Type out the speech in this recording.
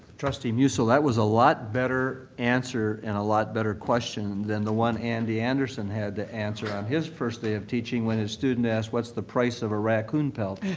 trustee musil, that was a lot better answer and a lot better question than the one andy anderson had to answer on his first day of teaching when his student asked what's the price of a raccoon pelt.